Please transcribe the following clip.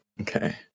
Okay